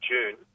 June